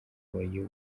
wayobowe